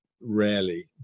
rarely